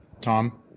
tom